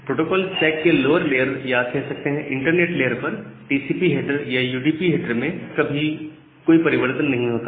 protocol stack के lower layer या कह सकते हैं इंटरनेट लेयर पर टीसीपी हेडर या यूडीपी हेडर में कभी कोई परिवर्तन नहीं होता